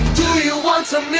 do you want some